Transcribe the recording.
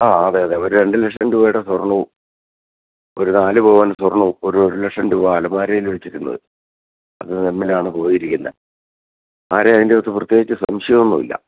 ആ അതെ അതെ ഒരു രണ്ടുലക്ഷം രൂപയുടെ സ്വർണ്ണവും ഒരു നാലുപവൻ സ്വർണ്ണവും ഒരു ഒരുലക്ഷം രൂപ അലമാരയിൽ വച്ചിരുന്നത് അത് തമ്മിലാണ് പോയിരിക്കുന്നത് ആരെയും അതിൻറ്റകത്ത് പ്രത്യേകിച്ച് സംശയം ഒന്നും ഇല്ല